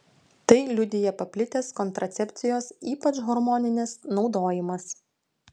tai liudija paplitęs kontracepcijos ypač hormoninės naudojimas